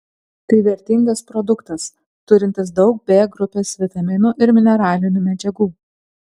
tai vertingas produktas turintis daug b grupės vitaminų ir mineralinių medžiagų